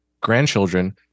grandchildren